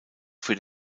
für